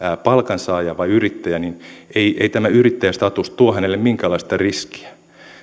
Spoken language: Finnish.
palkansaaja vai yrittäjä ei ei tämä yrittäjästatus tuo hänelle minkäänlaista riskiä